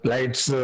Lights